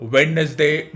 Wednesday